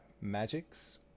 magics